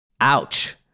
Ouch